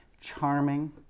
charming